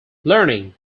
learning